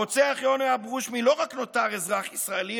הרוצח יונה אברושמי לא רק נותר אזרח ישראלי,